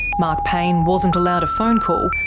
mark payne wasn't allowed a phone call,